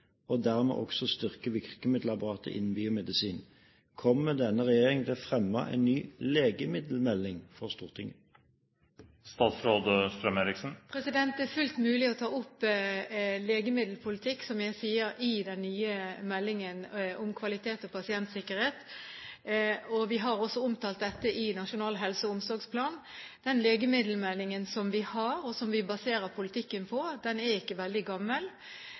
og dermed også styrke virkemiddelapparatet innen biomedisin.» Kommer denne regjeringen til å fremme en ny legemiddelmelding for Stortinget? Det er, som jeg sier, fullt mulig å ta opp legemiddelpolitikken i den nye meldingen om kvalitet og pasientsikkerhet. Vi har også omtalt dette i Nasjonal helse- og omsorgsplan. Den legemiddelmeldingen som vi har, og som vi baserer politikken på, er ikke veldig gammel.